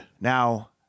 Now